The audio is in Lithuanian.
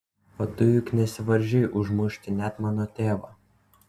o tu juk nesivaržei užmušti net mano tėvą